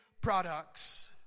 products